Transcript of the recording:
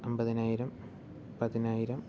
അമ്പതിനായിരം പതിനായിരം